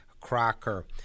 Crocker